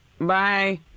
Bye